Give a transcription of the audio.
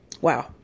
wow